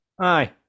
Aye